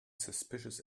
suspicious